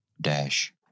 Dash